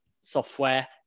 software